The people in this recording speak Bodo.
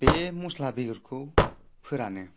बे मस्ला बेगरखौ फोरानो